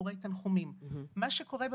לביקורי תנחומים אצל משפחות הקורבנות מבני ברק.